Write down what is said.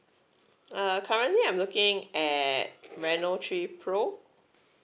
uh currently I'm looking at Reno three pro